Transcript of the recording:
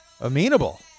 amenable